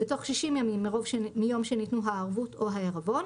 בתוך 60 ימים מיום שניתנו הערבות או העירבון,